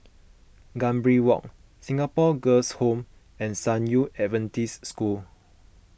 Gambir Walk Singapore Girls' Home and San Yu Adventist School